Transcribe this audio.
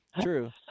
True